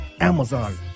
Amazon